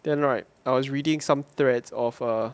then right I was reading some threads of a